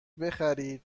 بخرید